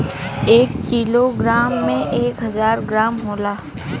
एक kilogram में एक हजार ग्राम होला